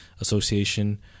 Association